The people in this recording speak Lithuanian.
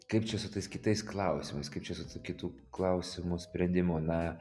kaip čia su tais kitais klausimais kaip čia su kitų klausimų sprendimu na